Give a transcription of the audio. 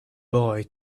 boy